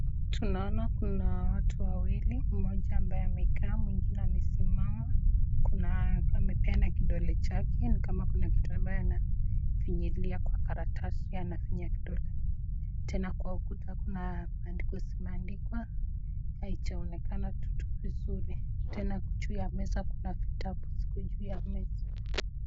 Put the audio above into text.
Tunaona kuna watu wawili mmoja ambaye amekaa mwingine amesimama. kuna amepeana kidole chake ni kama kuna kitu ambayo anafinyilia kwa karatasi anafinya kidole tena kwa ukuta kuna maandiko zimeandikwa haijaonekana vizuri. Tena juu ya meza kuna vitabu ziko juu ya meza.